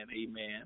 amen